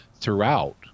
throughout